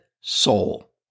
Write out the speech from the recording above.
soul